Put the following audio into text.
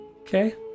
Okay